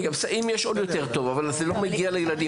אם יש, עוד יותר טוב, אבל זה לא מגיע לילדים.